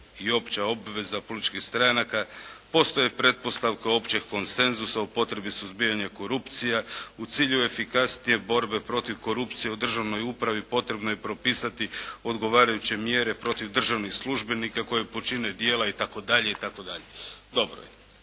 i opća obaveza političkih stranaka. Postoje pretpostavka općeg konsenzusa o potrebi suzbijanja korupcije u cilju efikasnije borbe protiv korupcije u državnoj upravi potrebno je propisati odgovarajuće mjere protiv državnih službenika koji počine dijela itd.,